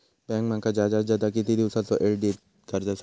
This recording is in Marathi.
बँक माका जादात जादा किती दिवसाचो येळ देयीत कर्जासाठी?